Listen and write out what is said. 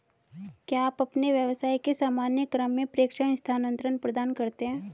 क्या आप अपने व्यवसाय के सामान्य क्रम में प्रेषण स्थानान्तरण प्रदान करते हैं?